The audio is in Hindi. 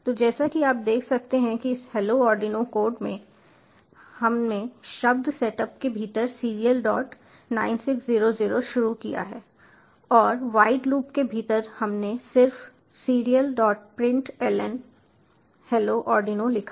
तो जैसा कि आप देख सकते हैं कि इस हैलो आर्डिनो कोड में हमने शब्द सेटअप के भीतर सीरियल डॉट 9600 शुरू किया है और वॉइड लूप के भीतर हमने सिर्फ serialprintln हैलो आर्डिनो लिखा है